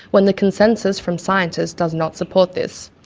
when the consensus from scientists does not support this.